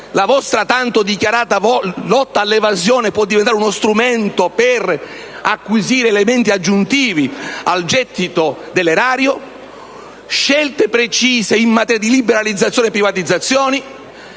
la vostra tanto dichiarata lotta all'evasione, che può diventare uno strumento per acquisire elementi aggiuntivi al gettito dell'erario; scelte precise in materia di liberalizzazioni e privatizzazioni.